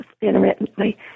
intermittently